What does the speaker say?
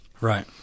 right